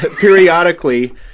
periodically